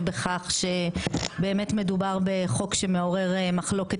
בכך שבאמת מדובר בחוק שמעורר מחלוקת